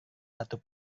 satu